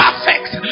Perfect